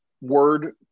word